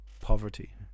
poverty